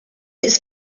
its